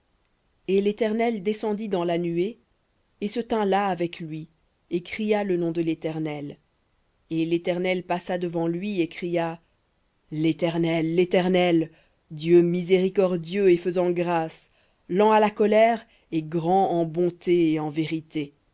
et l'éternel descendit dans la nuée et se tint là avec lui et cria le nom de léternel et l'éternel passa devant lui et cria l'éternel l'éternel dieu miséricordieux et faisant grâce lent à la colère et grand en bonté et en vérité